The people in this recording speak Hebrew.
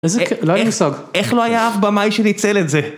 איזה, לא היה מושג. איך לא היה אף במאי שניצל את זה?